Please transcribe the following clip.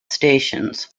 stations